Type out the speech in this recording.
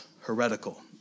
heretical